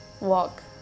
walk